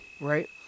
Right